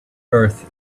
earth